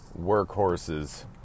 workhorses